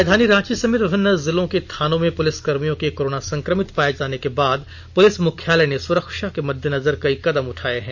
राजाधानी रांची समेत विभिन्न जिलों के थानों में पुलिसकर्भियों के कोरोना संकभित पाये जाने के बाद पुलिस मुख्यालय ने सुरक्षा के मद्देनजर कई कदम उठाए हैं